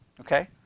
Okay